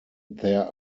there